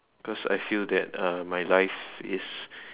because I feel that uh my life is